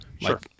sure